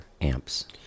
amps